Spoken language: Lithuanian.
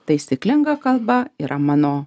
taisyklinga kalba yra mano